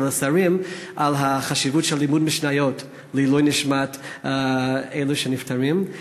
ולשרים על החשיבות של לימוד משניות לעילוי נשמת אלה שנפטרים.